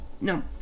No